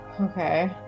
Okay